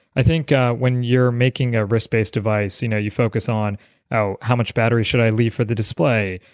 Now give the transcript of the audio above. i think when you're making a wrist based device, you know you focus on how how much battery should i leave for the display,